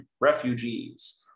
refugees